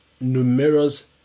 numerous